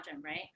right